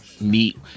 meet